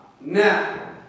now